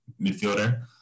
midfielder